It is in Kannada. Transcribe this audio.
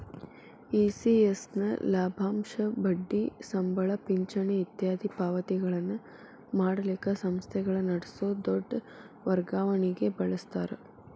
ಇ.ಸಿ.ಎಸ್ ನ ಲಾಭಾಂಶ, ಬಡ್ಡಿ, ಸಂಬಳ, ಪಿಂಚಣಿ ಇತ್ಯಾದಿ ಪಾವತಿಗಳನ್ನ ಮಾಡಲಿಕ್ಕ ಸಂಸ್ಥೆಗಳ ನಡಸೊ ದೊಡ್ ವರ್ಗಾವಣಿಗೆ ಬಳಸ್ತಾರ